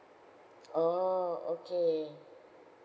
oh okay